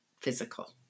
physical